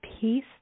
peace